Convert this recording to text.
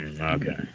Okay